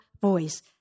voice